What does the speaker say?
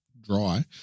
dry